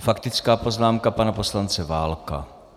Faktická poznámka pana poslance Válka.